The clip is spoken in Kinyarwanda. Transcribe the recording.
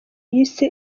yise